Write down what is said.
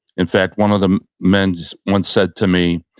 in fact, one of the men once said to me,